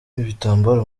ibitambaro